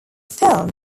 film